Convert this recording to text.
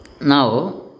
now